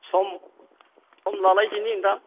सम सम लालायदिनि नोंथां